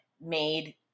made